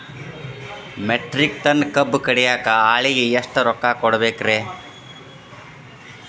Metric ton ಕಬ್ಬು ಕಡಿಯಾಕ ಆಳಿಗೆ ಎಷ್ಟ ರೊಕ್ಕ ಕೊಡಬೇಕ್ರೇ?